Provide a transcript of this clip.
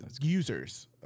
users